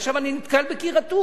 עכשיו, אני נתקל בקיר אטום.